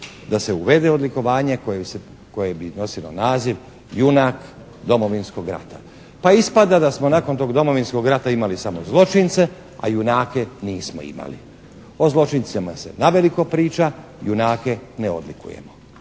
da se uvede odlikovanje koje bi nosilo naziv "JUNAK DOMOVINSKOG RATA". Pa ispada da smo nakon tog Domovinskog rata imali samo zločince a junake nismo imali. O zločincima se naveliko priča, junake ne odlikujemo.